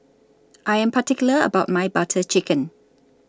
I Am particular about My Butter Chicken